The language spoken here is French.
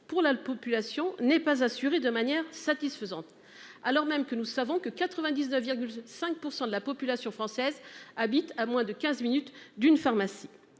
pour la population n'est pas assuré de manière satisfaisante, alors même que nous savons que 99,5% de la population française habite à moins de 15 minutes d'une pharmacie.